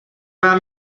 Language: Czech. vám